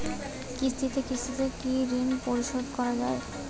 কিস্তিতে কিস্তিতে কি ঋণ পরিশোধ করা য়ায়?